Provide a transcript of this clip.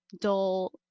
dull